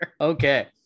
Okay